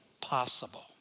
possible